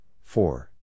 four